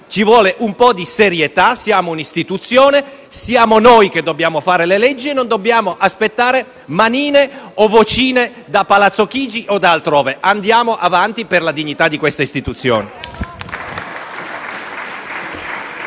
dunque un po' di serietà. Siamo un'istituzione; siamo noi che dobbiamo fare le leggi e non dobbiamo aspettare "manine" o vocine da Palazzo Chigi o da altrove. Andiamo avanti per la dignità di queste istituzioni.